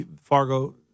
Fargo